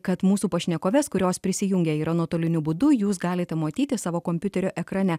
kad mūsų pašnekoves kurios prisijungę yra nuotoliniu būdu jūs galite matyti savo kompiuterio ekrane